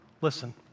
Listen